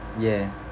ya